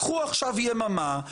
קחו עכשיו יממה,